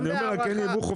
אבל אין יבוא חופשי, מיכאל.